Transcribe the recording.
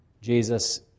Jesus